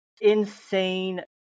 insane